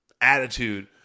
attitude